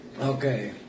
Okay